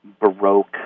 baroque